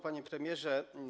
Panie Premierze!